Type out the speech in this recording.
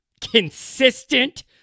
consistent